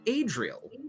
Adriel